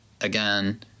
again